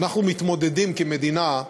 אנחנו מתמודדים, כמדינה,